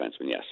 yes